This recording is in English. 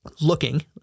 looking